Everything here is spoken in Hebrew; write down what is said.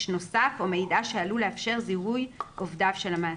נוסף או מידע שעלול לאפשר זיהוי עובדיו של המעסיק.